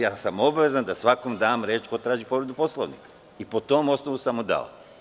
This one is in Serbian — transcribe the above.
Ja sam obavezan da svakom dam reč ko traži povredu Poslovnika i po tom osnovu sam mu dao.